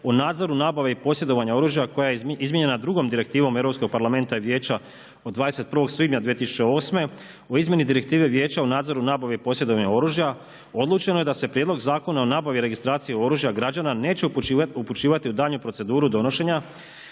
u nadzoru nabave i posjedovanju oružja koja je izmijenjena drugom direktivom Europskog parlamenta i Vijeća od 21. svibnja 20008. u izmjeni direktive Vijeća u nadzoru nabave i posjedovanja oružja, odlučeno je da se Prijedlog zakona o nabavi i registraciji oružja građana neće upućivati u daljnju proceduru donošenja,